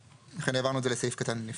לכן העברנו את זה לסעיף קטן נפרד.